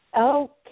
Okay